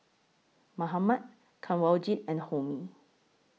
Mahatma Kanwaljit and Homi